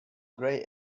grey